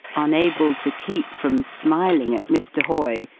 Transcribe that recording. unable to keep from smiling at mr. hoy,